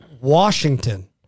Washington